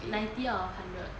ninety out of hundred